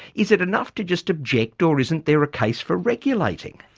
is it enough to just object or isn't there a case for regulating?